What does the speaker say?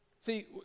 See